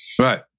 Right